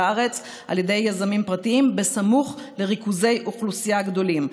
הארץ על ידי יזמים פרטיים סמוך לריכוזי אוכלוסייה גדולים.